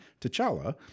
t'challa